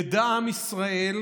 ידע עם ישראל,